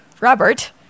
Robert